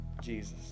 Jesus